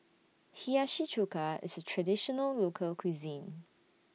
Hiyashi Chuka IS A Traditional Local Cuisine